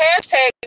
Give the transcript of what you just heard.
hashtag